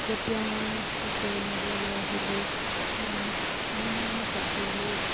যেতিয়া মই ছ'চিয়েল মিডিয়ালৈ আহিলোঁ এনেধৰণৰ ফটোবোৰ